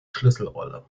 schlüsselrolle